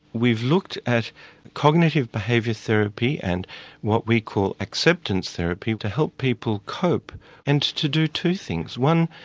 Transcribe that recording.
we've looked at cognitive behaviour therapy and what we call acceptance therapy to help people cope and to do two things one,